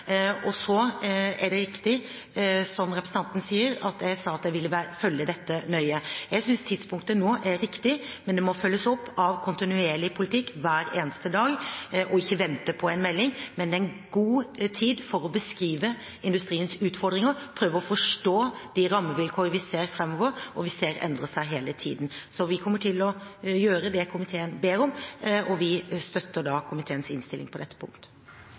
Så er det riktig, som representanten sier, at jeg sa at jeg ville følge dette nøye. Jeg synes tidspunktet nå er riktig, men det må følges opp av kontinuerlig politikk hver eneste dag; man kan ikke vente på en melding. Men det er en god tid for å beskrive industriens utfordringer, prøve å forstå de rammevilkår vi ser framover, og som vi ser endre seg hele tiden. Så vi kommer til å gjøre det komiteen ber om, og vi støtter komiteens innstilling på dette punktet.